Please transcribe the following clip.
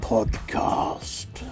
Podcast